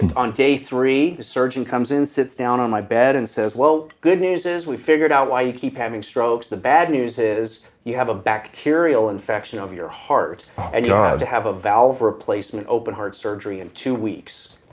and on day three, the surgeon comes in, sits down on my bed and says, well, good news is we figured out why you keep having strokes. the best news is you have a bacterial infection of your heart and you got ah to have a valve replacement open heart surgery in two weeks.